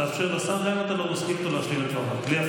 מיכאל,